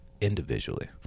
individually